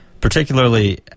particularly